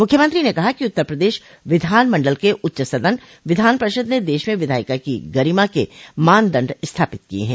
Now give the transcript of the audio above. मुख्यमंत्री ने कहा कि उत्तर प्रदेश विधानमंडल के उच्च सदन विधान परिषद ने देश में विधायिका की गरिमा के मानदंड स्थापित किय हैं